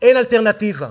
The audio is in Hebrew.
אין אלטרנטיבה.